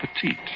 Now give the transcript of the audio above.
petite